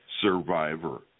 Survivor